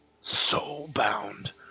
soul-bound